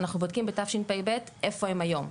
אנחנו בודקים בתשפ"ב איפה הם היום,